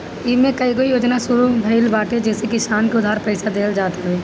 इमे कईगो योजना शुरू भइल बाटे जेसे किसान के उधार पईसा देहल जात हवे